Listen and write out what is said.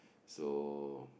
so